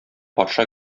патша